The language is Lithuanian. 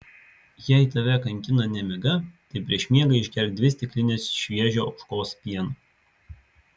jei tave kankina nemiga tai prieš miegą išgerk dvi stiklines šviežio ožkos pieno